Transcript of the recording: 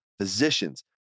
physicians